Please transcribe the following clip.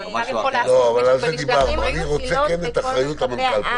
אני כן רוצה את אחריות המנכ"ל.